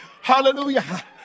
Hallelujah